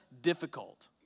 difficult